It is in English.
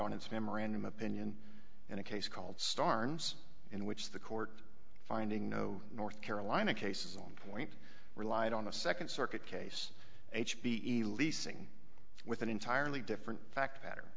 on its memorandum opinion in a case called starnes in which the court finding no north carolina cases on point relied on a second circuit case h b e leasing with an entirely different fact patter